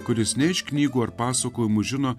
kuris ne iš knygų ar pasakojimų žino